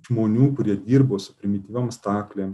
žmonių kurie dirbo su primityviom staklėm